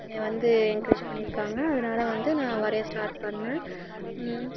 என்னைய வந்து எங்க்ரேஜ் பண்ணியிருக்காங்க அதனால வந்து நான் வரைய ஸ்டார்ட் பண்ணேன்